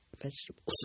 vegetables